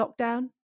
lockdown